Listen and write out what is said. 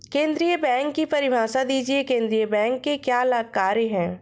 केंद्रीय बैंक की परिभाषा दीजिए केंद्रीय बैंक के क्या कार्य हैं?